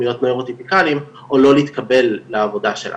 להיות נוירוטיפיקלים או לא להתקבל לעבודה שלנו,